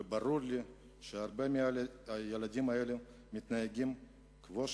וברור לי שהרבה מהילדים הללו מתנהגים כפי